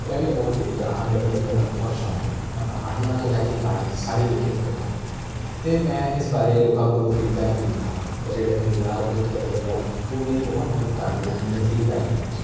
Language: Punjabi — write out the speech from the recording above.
ਮੈਂ ਵੀ ਬਹੁਤ ਲਿਖਦਾ ਹਾਂ ਮੈਨੂੰ ਲਿਖਣ ਦਾ ਬਹੁਤ ਸ਼ੌਕ ਹੈ ਮੈਂ ਕਹਾਣੀਆਂ ਤੋਂ ਲੈ ਕੇ ਗਾਣੇ ਸਾਰੇ ਲਿਖੇ ਹੋਏ ਹਨ ਅਤੇ ਮੈਂ ਇਸ ਬਾਰੇ ਲੋਕਾਂ ਕੋਲੋਂ ਫੀਡਬੈਕ ਵੀ ਲੈਂਦਾ ਹਾਂ ਜਿਹੜੇ ਮੇਰੇ ਯਾਰ ਦੋਸਤ ਹੈਗੇ ਆ ਉਹ ਮੇਰੀ ਬਹੁਤ ਮਦਦ ਕਰਦੇ ਹਨ ਮੈਨੂੰ ਫੀਡਬੈਕ ਦੇਣ 'ਚ